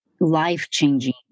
life-changing